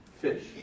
fish